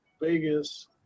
Vegas